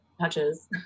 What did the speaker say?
touches